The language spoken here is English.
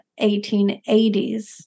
1880s